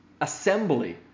assembly